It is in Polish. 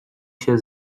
się